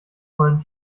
vollen